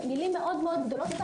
זה מילים מאוד מאוד גדולות,